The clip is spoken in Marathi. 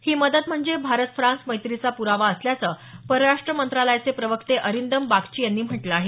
ही मदत म्हणजे भारत फ्रान्स मैत्रीचा प्रावा असल्याचं परराष्ट मंत्रालयाचे प्रवक्ते अरिंदम बागची यांनी म्हटलं आहे